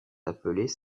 appelées